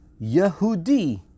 Yehudi